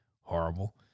Horrible